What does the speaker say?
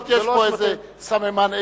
אז בכל זאת יש פה איזה סממן אתני.